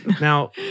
Now